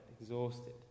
exhausted